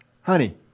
Honey